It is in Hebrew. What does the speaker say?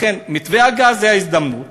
לכן מתווה הגז הוא ההזדמנות.